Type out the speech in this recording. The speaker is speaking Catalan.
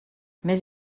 més